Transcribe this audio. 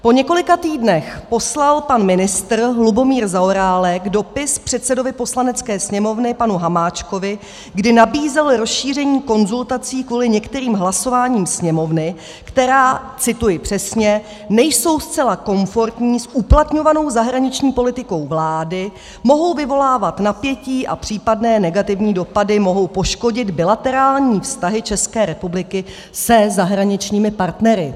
Po několika týdnech poslal pan ministr Lubomír Zaorálek dopis předsedovi Poslanecké sněmovny panu Hamáčkovi, kdy nabízel rozšíření konzultací kvůli některým hlasováním Sněmovny, která cituji přesně nejsou zcela komfortní s uplatňovanou zahraniční politikou vlády, mohou vyvolávat napětí a případné negativní dopady mohou poškodit bilaterální vztahy České republiky se zahraničními partnery.